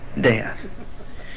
death